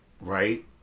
right